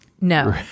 No